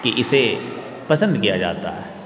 कि इसे पसंद किया जाता है